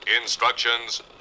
Instructions